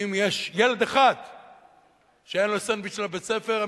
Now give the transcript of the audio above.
אם יש ילד אחד שאין לו סנדוויץ' לבית הספר,